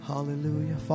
Hallelujah